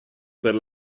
per